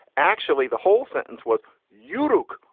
actually, the whole sentence was yurok.